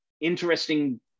interesting